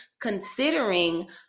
considering